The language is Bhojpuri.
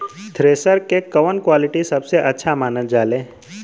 थ्रेसर के कवन क्वालिटी सबसे अच्छा मानल जाले?